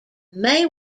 may